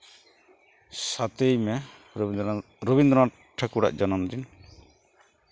ᱥᱟᱛᱮᱭ ᱢᱮ ᱨᱚᱵᱤᱫᱨᱚᱱᱟᱛᱷ ᱨᱚᱵᱤᱱᱫᱨᱤᱱᱟᱛᱷ ᱴᱷᱟᱹᱠᱩᱨᱟᱜ ᱡᱚᱱᱚᱢ ᱫᱤᱱ